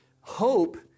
hope